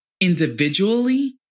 individually